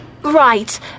Right